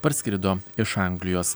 parskrido iš anglijos